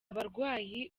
abarwayi